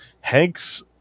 Hank's